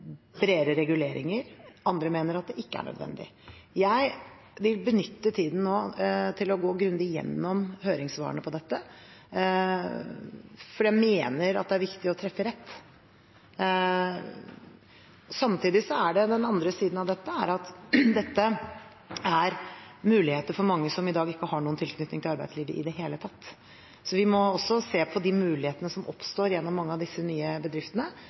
bredere reguleringer. Andre mener at det ikke er nødvendig. Jeg vil benytte tiden nå til å gå grundig gjennom høringssvarene på dette, for jeg mener at det viktig å treffe rett. Samtidig er den andre siden av det at dette er muligheter for mange som i dag ikke har noen tilknytning til arbeidslivet i det hele tatt. Så vi må også se på de mulighetene som oppstår gjennom mange av disse nye bedriftene.